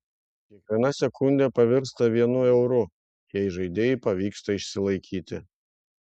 kiekviena sekundė pavirsta vienu euru jei žaidėjui pavyksta išsilaikyti